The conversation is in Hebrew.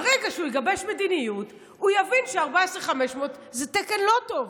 ברגע שהוא יגבש מדיניות הוא יבין ש-14,500 זה תקן לא טוב,